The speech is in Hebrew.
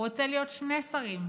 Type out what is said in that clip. הוא רוצה להיות שני שרים: